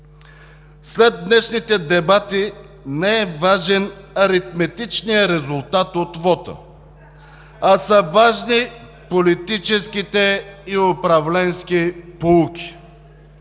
След днешните дебати не е важен аритметичният резултат от вота, а са важни политическите и управленските поуки.